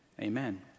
amen